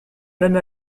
même